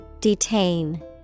Detain